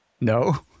No